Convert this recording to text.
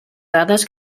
dades